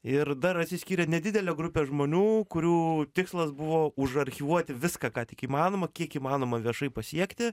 ir dar atsiskyrė nedidelė grupė žmonių kurių tikslas buvo užarchyvuoti viską ką tik įmanoma kiek įmanoma viešai pasiekti